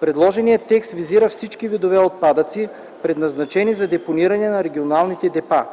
предложеният текст визира всички видове отпадъци, предназначени за депониране на регионалните депа.